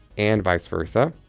and vice versa.